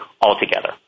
altogether